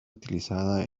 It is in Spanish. utilizada